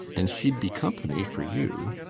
and she'd be company for you.